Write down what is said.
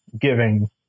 giving